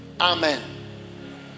Amen